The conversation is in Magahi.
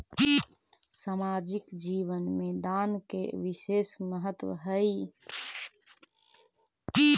सामाजिक जीवन में दान के विशेष महत्व हई